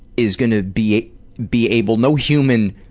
is gonna be be able no human